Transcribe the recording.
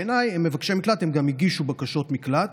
בעיניי הם מבקשי מקלט, הם גם הגישו בקשות מקלט.